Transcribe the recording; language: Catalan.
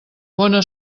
bona